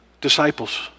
Disciples